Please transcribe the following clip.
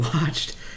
watched